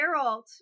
Geralt